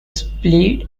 speed